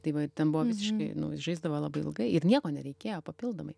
tai va i ten buvo visiškai nu žaisdavo labai ilgai ir nieko nereikėjo papildomai